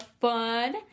fun